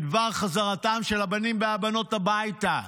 בדבר חזרתם של הבנים והבנות הביתה.